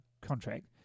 contract